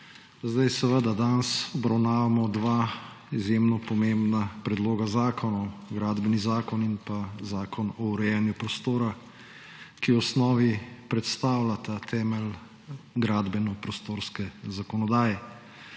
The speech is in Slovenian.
za besedo. Danes obravnavamo dva izjemno pomembna predloga zakonov, Gradbeni zakon in Zakon o urejanju prostora, ki v osnovi predstavljata temelj gradben-prostorske zakonodaje.